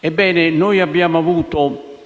Noi abbiamo avuto